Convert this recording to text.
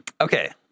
Okay